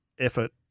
effort